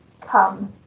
come